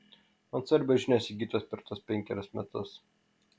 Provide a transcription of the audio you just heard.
man svarbios žinios įgytos per tuos penkerius metus